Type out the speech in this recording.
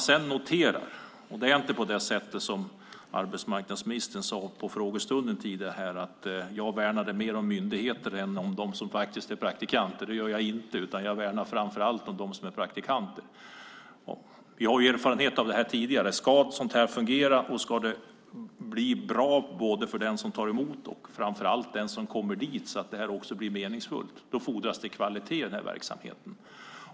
Det är inte på det sätt som arbetsmarknadsministern sade på frågestunden att jag värnar mer om myndigheter än om dem som är praktikanter. Det gör jag inte, utan jag värnar framför allt om dem som är praktikanter. Vi har erfarenhet av detta tidigare. Ska sådant här fungera och bli bra både för den som tar emot och framför allt för den som kommer dit, så att det blir meningsfullt, fordras det kvalitet i verksamheten.